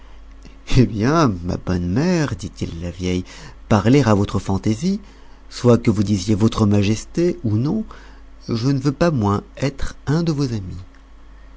eh bien ma bonne mère dit-il à la vieille parlez à votre fantaisie soit que vous disiez votre majesté ou non je ne veux pas moins être un de vos amis